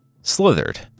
slithered